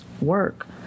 work